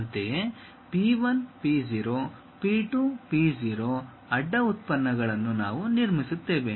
ಅಂತೆಯೇ P 1 P 0 P 2 P 0 ಅಡ್ಡ ಉತ್ಪನ್ನಗಳನ್ನು ನಾವು ನಿರ್ಮಿಸುತ್ತೇವೆ